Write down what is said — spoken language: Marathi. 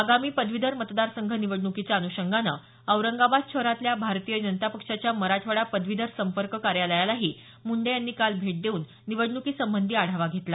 आगामी पदवीधर मतदार संघ निवडणुकीच्या अनुषंगानं औरंगाबाद शहरातल्या भारतीय जनता पक्षाच्या मराठवाडा पदवीधर संपके कार्यालयालाही मुंडे यांनी काल भेट देऊन निवडणुकीसंबंधी आढावा घेतला